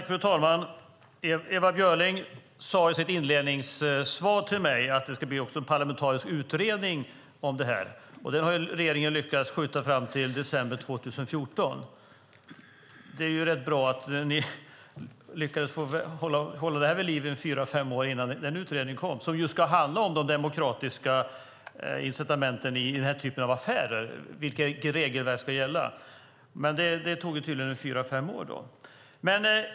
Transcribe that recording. Fru talman! Ewa Björling sade i sitt inledande svar till mig att det ska bli en parlamentarisk utredning om detta. Den har regeringen lyckats skjuta fram till december 2014. Det är rätt bra att ni lyckades hålla detta vid liv i fyra fem år innan den utredningen kom. Den ska just handla om de demokratiska incitamenten i den här typen av affärer och vilket regelverk som ska gälla. Det tog tydligen fyra fem år.